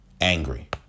angry